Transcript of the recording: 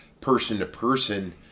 person-to-person